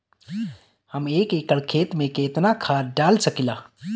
हम एक एकड़ खेत में केतना खाद डाल सकिला?